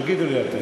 תגידו לי אתם.